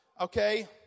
okay